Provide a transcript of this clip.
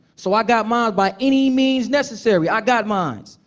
so i got mine by any means necessary. i got mine.